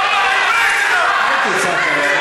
אל תצעק עלי.